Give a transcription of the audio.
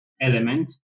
element